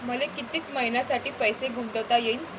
मले कितीक मईन्यासाठी पैसे गुंतवता येईन?